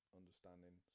understanding